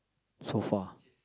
sofa